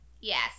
Yes